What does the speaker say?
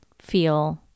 feel